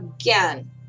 again